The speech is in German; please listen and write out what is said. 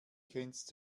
kennst